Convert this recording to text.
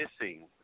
missing